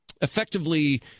effectively